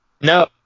No